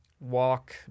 walk